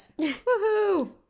Woohoo